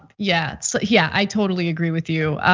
yeah so yeah, i totally agree with you.